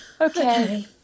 Okay